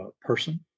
person